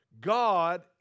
God